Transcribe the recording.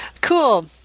cool